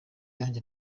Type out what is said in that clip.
yanjye